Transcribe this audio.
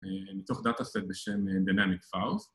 ‫מתוך dataset בשם Dynamic Files.